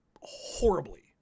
horribly